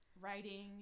writing